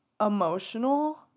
emotional